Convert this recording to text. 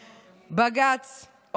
בג"ץ,